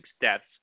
deaths